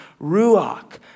ruach